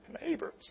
neighbors